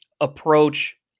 approach